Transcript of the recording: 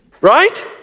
Right